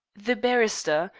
the barrister,